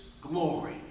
glory